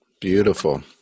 beautiful